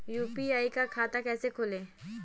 UPI का खाता कैसे खोलें?